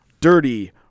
Dirty